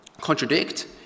contradict